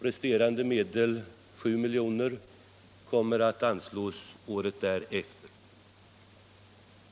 Resterande medel, 7 milj.kr., kommer att anslås året därefter.